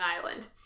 island